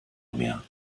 mehr